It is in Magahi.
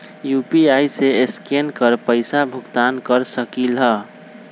यू.पी.आई से स्केन कर पईसा भुगतान कर सकलीहल?